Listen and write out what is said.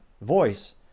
voice